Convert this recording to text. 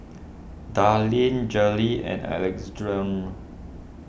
Darline Jaleel and Alexandro